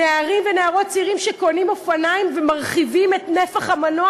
נערים ונערות צעירים שקונים אופניים ומרחיבים את נפח המנוע,